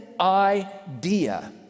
idea